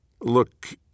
Look